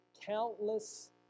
countless